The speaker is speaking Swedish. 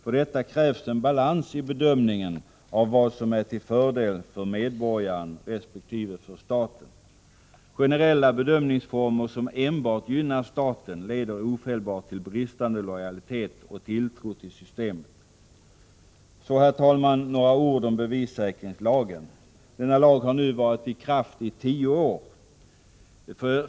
För detta krävs en balans i bedömningen av vad som är till fördel för medborgaren resp. för staten. Generella bedömningsformer som enbart gynnar staten leder ofelbart till bristande lojalitet och tilltro till systemet. Så, herr talman, några ord om bevissäkringslagen. Denna lag har nu varit i kraft i tio år.